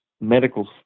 medical